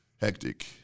hectic